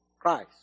Christ